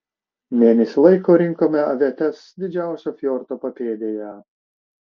mėnesį laiko rinkome avietes didžiausio fjordo papėdėje